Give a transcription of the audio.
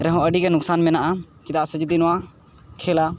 ᱨᱮᱦᱚᱸ ᱟᱹᱰᱤᱜᱮ ᱱᱩᱠᱥᱟᱱ ᱢᱮᱱᱟᱜᱼᱟ ᱪᱮᱫᱟᱜ ᱥᱮ ᱡᱩᱫᱤ ᱱᱚᱣᱟᱢ ᱠᱷᱮᱞᱟ